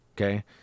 Okay